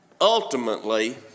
ultimately